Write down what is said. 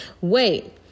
Wait